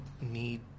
need